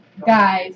guys